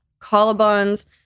collarbones